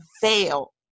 fail